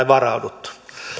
varauduttu